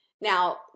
Now